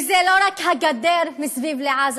וזה לא רק הגדר מסביב לעזה